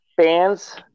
Fans